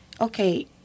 Okay